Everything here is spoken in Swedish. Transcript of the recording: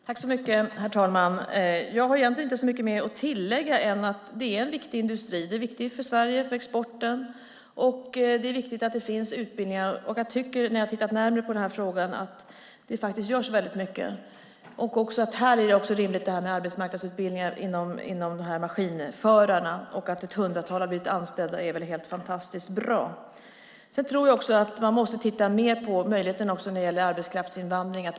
Herr talman! Jag har egentligen inte så mycket mer att tillägga än att det här är en viktig industri. Den är viktig för Sverige och för exporten, och det är viktigt att det finns utbildningar. När jag har tittat närmare på frågan tycker jag att det görs mycket. Här är det rimligt med arbetsmarknadsutbildning för maskinförare, och att ett hundratal har blivit anställda är väl helt fantastiskt bra. Man måste titta mer på möjligheten till arbetskraftsinvandring.